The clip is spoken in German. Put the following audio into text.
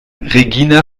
regine